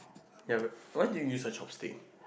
ya but why do you use a chopstick